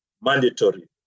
mandatory